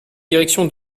direction